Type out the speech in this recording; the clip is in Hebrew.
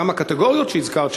גם הקטגוריות שהזכרת,